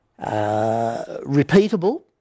repeatable